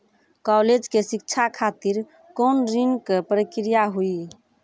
College के शिक्षा खातिर कौन ऋण के प्रक्रिया हुई?